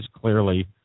clearly